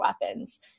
weapons